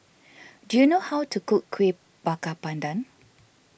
do you know how to cook Kueh Bakar Pandan